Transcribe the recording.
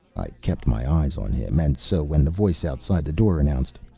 i kept my eyes on him, and so when the voice outside the door announced,